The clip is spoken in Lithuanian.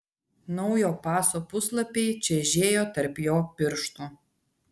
naujo paso puslapiai čežėjo tarp jo pirštų